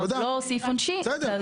זה לא סעיף עונשי, אלא הדוח בטל.